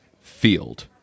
field